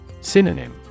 Synonym